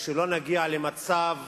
שלא נגיע למצב